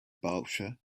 berkshire